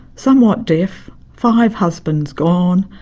somewhat deaf, five husbands gone,